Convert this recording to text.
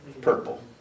purple